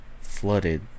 Flooded